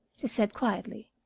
she said quietly,